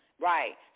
Right